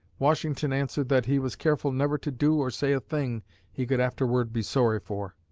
washington answered that he was careful never to do or say a thing he could afterward be sorry for.